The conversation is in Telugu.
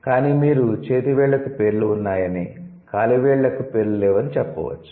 కానీ మీరు చేతి వేళ్ళకు పేర్లు ఉన్నాయని కాలి వేళ్ళకు పేర్లు లేవని చెప్పవచ్చు